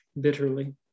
bitterly